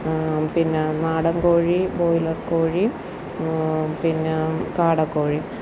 പിന്നെ നാടൻ കോഴി ബോയിലർ കോഴി പിന്നെ കാടക്കോഴി